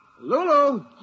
Lulu